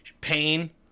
pain